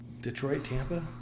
Detroit-Tampa